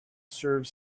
serve